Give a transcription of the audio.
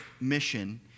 mission